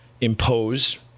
impose